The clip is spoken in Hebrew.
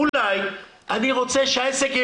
במידה ואין לעובד ימי חופשה, יישא המעסיק בעלויות.